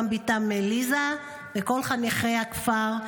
גם בתם אליזה וכל חניכי הכפר,